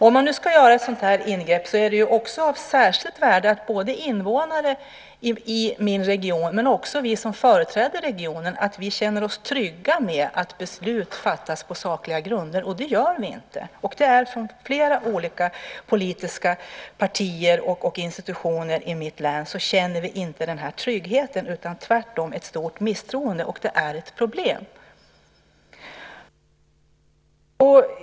Om man ska göra ett sådant ingrepp är det av särskilt värde att invånare i min region men också vi som företräder regionen känner oss trygga med att beslut fattas på sakliga grunder, och det gör vi inte. Från flera olika politiska partier och institutioner i mitt län känner vi inte denna trygghet, utan tvärtom ett stort misstroende, och det är ett problem.